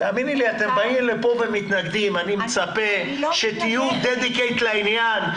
אתם באים לי לכאן ומתנגדים אבל אני מצפה שתהיו מחויבים לעניין,